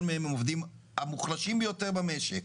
מהם הם עובדים המוחלשים ביותר במשק.